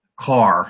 car